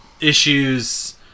issues